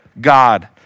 God